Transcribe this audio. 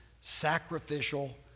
sacrificial